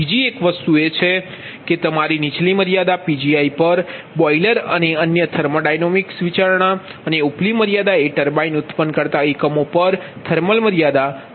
બીજો એક વસ્તુ એ છે કે તમારી નીચલી મર્યાદા Pgi પર બોઈલર અને અન્ય થર્મોોડાયનેમિક વિચારણા અને ઉપલી મર્યાદા એ ટર્બાઇન ઉત્પન્ન કરતા એકમો પર થર્મલ મર્યાદા દ્વારા સેટ કરવામાં આવી છે